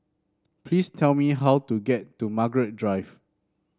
please tell me how to get to Margaret Drive